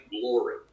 glory